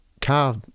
car